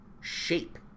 shape